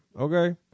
okay